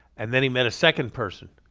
and then he met a second person.